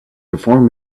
perform